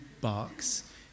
box